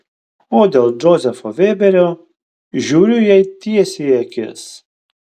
o dėl džozefo vėberio žiūriu jai tiesiai į akis